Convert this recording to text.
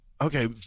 okay